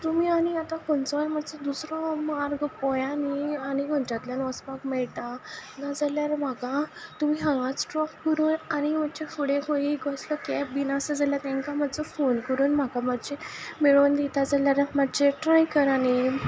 तुमी आनी आतां खंयचोय मातसो दुसरो मार्ग पळयात न्ही आनी खंयच्यांतल्यान वचपाक मेळटा ना जाल्यार म्हाका तुमी हांगाच ड्रॉप करून आनी खंयच्या फुडें खंय कसलो कॅब बीन आसा जाल्यार तांकां मातसो फोन करून म्हाका मातशें मेळोवन दिता जाल्यार मातशे ट्राय करा न्ही